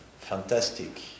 fantastic